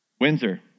Windsor